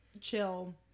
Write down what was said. chill